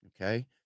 okay